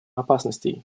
опасностей